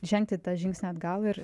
žengti tą žingsnį atgal ir